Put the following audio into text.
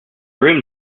room